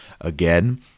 Again